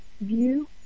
view